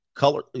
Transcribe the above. color